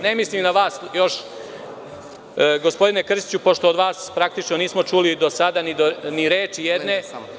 Ne mislim na vas, gospodine Krstiću, pošto od vas, praktično, nismo čuli do sada ni reč jednu.